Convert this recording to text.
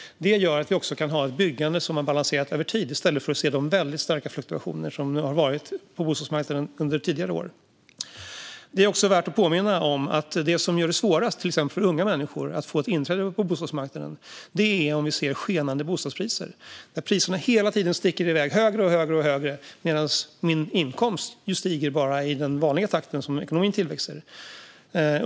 Det gör att vi också kan ha ett byggande som är balanserat över tid i stället för att se de mycket starka fluktuationer som har varit på bostadsmarknaden under tidigare år. Det är också värt att påminna om att det som gör det svårast för till exempel unga människor att få ett inträde på bostadsmarknaden är om vi får skenande bostadspriser, där priserna hela tiden sticker iväg högre och högre men inkomsterna bara stiger i den takt som ekonomin växer.